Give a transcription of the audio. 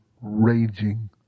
raging